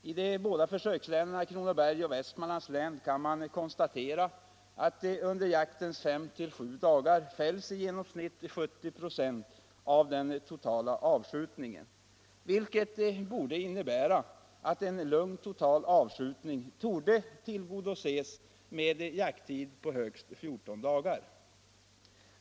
I de båda försökslänen, Kronobergs län och Västmanlands län, kan man konstatera att det under jaktens 5-7 dagar fälls i genomsnitt 70 96 av den totala avskjutningen, vilket torde innebära att en lugn total avskjutning kan tillgodoses med en jakttid på högst 14 dagar.